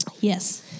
Yes